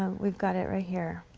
and we've got it right here.